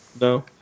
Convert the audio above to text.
No